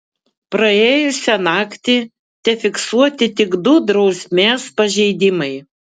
praėjusią naktį tefiksuoti tik du drausmės pažeidimai